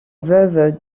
veuve